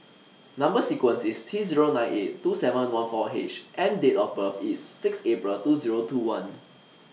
Number sequence IS T Zero nine eight two seven one four H and Date of birth IS six April two Zero two one